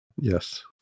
Yes